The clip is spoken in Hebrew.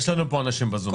יש לנו פה אנשים בזום.